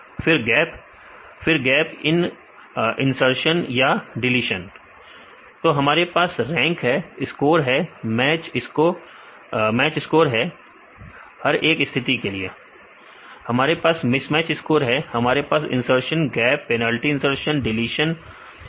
विद्यार्थी फिर गैप फिर गैप यह इनसरशन या डीलीशन विद्यार्थी डीलीशन सही है तो हमारे पास रैंक है स्कोर है मैच इसको है हर एक स्थिति के लिए हमारे पास मिसमैच स्कोर है हमारे पास insertion gap penalty insertion deletion है